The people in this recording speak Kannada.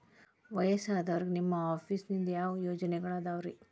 ವಯಸ್ಸಾದವರಿಗೆ ನಿಮ್ಮ ಆಫೇಸ್ ನಿಂದ ಯಾವ ಯೋಜನೆಗಳಿದಾವ್ರಿ?